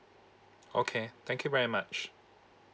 okay thank you very much